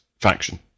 faction